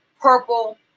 Purple